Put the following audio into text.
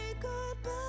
goodbye